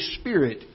Spirit